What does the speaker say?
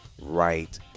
right